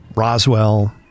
Roswell